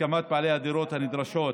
הסכמת בעלי הדירות הנדרשת